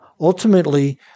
ultimately